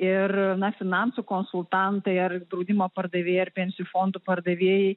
ir na finansų konsultantai ar draudimo pardavėjai ar pensijų fondų pardavėjai